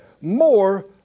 more